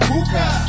Puka